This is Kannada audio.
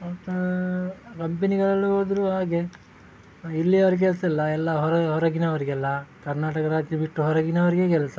ಮತ್ತೆ ಕಂಪನಿಗಳಲ್ಲಿ ಹೋದರು ಹಾಗೆ ಇಲ್ಲಿಯವ್ರಿಗೆ ಕೆಲಸ ಇಲ್ಲ ಎಲ್ಲ ಹೊರ ಹೊರಗಿನವರಿಗೆಲ್ಲ ಕರ್ನಾಟಕ ರಾಜ್ಯ ಬಿಟ್ಟು ಹೊರಗಿನವರಿಗೆ ಕೆಲಸ